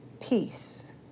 peace